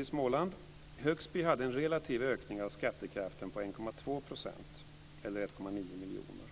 i Småland. Högsby hade en relativ ökning av skattekraften på 1,2 %, eller 1,9 miljoner.